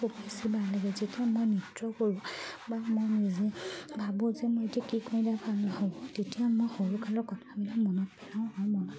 খুব বেছি ভাল লাগে যেতিয়া মই নৃত্য কৰোঁ বা মই নিজে ভাবোঁ যে মই এতিয়া কি কৰিলে ভাল নহ'ব তেতিয়া মই সৰুকালৰ কথাবিলাক মনত পেলাওঁ আৰু মনত